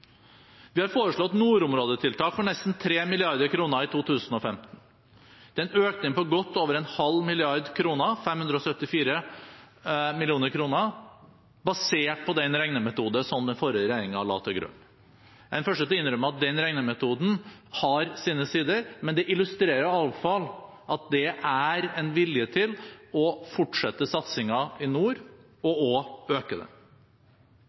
Vi har foreslått nordområdetiltak for nesten 3 mrd. kr i 2015. Det er en økning på godt over en halv milliard kroner, 574 mill. kr, basert på den regnemetoden som den forrige regjeringen la til grunn. Jeg er den første til å innrømme at den regnemetoden har sine sider, men det illustrerer i alle fall at det er en vilje til å fortsette satsingen i nord og også øke den.